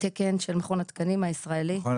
תקן של מכון התקנים הישראלי.